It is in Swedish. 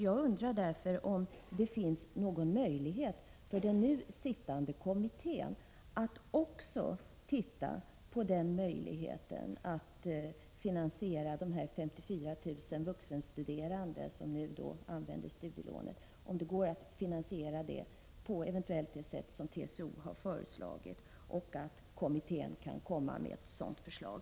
Jag undrar därför om den nu sittande kommittén också kan undersöka möjligheten att finansiera studierna för de 54 000 vuxenstuderande som nu använder studielån på det sätt som TCO föreslagit, så att kommittén sedan eventuellt kan lägga fram ett sådant förslag.